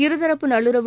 இருதரப்பு நல்லுறவு